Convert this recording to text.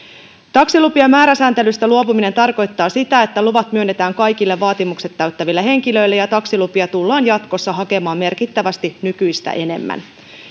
taksilupien määräsääntelystä luopuminen tarkoittaa sitä että luvat myönnetään kaikille vaatimukset täyttäville henkilöille ja taksilupia tullaan jatkossa hakemaan merkittävästi nykyistä enemmän